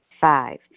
Five